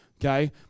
Okay